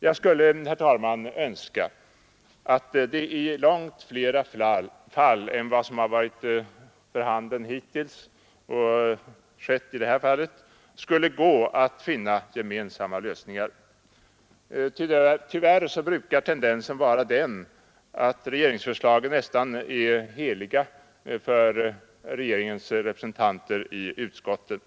Jag skulle, herr talman, önska att det i långt flera fall än vad som skett hittills skulle gå att finna gemensamma lösningar. Tyvärr brukar tendensen vara den att regeringsförslagen nästan är heliga för regeringens representanter i utskottet.